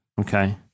Okay